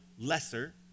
lesser